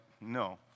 no